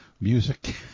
music